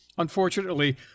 Unfortunately